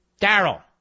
Daryl